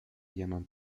llaman